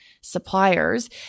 suppliers